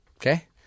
Okay